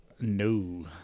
No